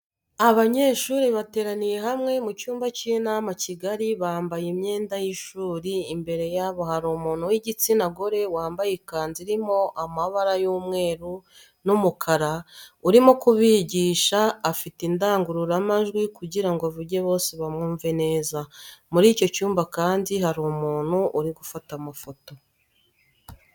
Abanyeshuri bateraniye hamwe mu cyumba cy'inama kigari bambaye imyenda y'ishuri imbere yabo hari umuntu w'igitsina gore wambaye ikanzu irimo amabara y'umweu n'umukara urimo kubigisha afite indangururamajwi kugirango avuge bose bamwumve neza. muri icyo cyumba kandi hari umuntu uri gufata amafoto.